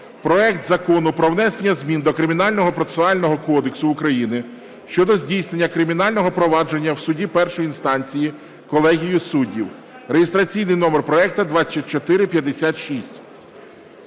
проект Закону про внесення змін до Кримінального процесуального кодексу України щодо здійснення кримінального провадження в суді першої інстанції колегією суддів (реєстраційний номер проекту 2456).